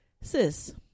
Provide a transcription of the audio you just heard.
sis